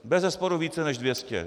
Bezesporu více než 200.